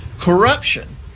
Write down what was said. corruption